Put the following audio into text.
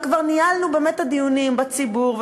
וכבר ניהלנו באמת את הדיונים בציבור,